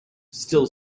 still